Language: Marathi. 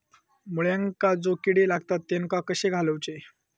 मुळ्यांका जो किडे लागतात तेनका कशे घालवचे?